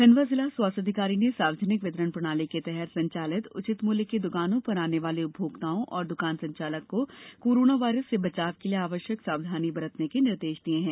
खण्डवा जिला स्वास्थ्य अधिकारी ने सार्वजनिक वितरण प्रणाली के तहत संचालित उचित मूल्य की द्रकानों पर आने वाले उपभोक्ताओं एवं दुकान संचालक को कोरोना वायरस से बचाव के लिए आवश्यक सावधानी बरतने के निर्देश दिए हैं